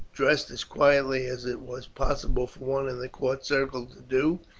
dressed as quietly as it was possible for one in the court circle to do,